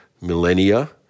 millennia